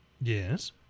Yes